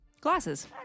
Glasses